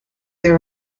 the